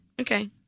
Okay